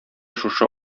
шушы